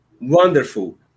wonderful